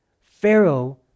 Pharaoh